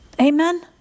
Amen